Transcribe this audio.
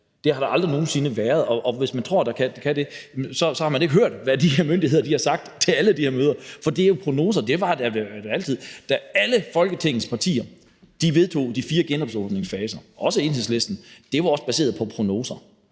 Det har der aldrig nogen sinde været, og hvis man tror, at der kan det, så har man ikke hørt, hvad de her myndigheder har sagt til alle de her møder. For det er jo prognoser, og det har det jo altid været. Da alle Folketingets partier, også Enhedslisten, vedtog de fire genåbningsfaser, var det også baseret på prognoser